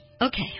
Okay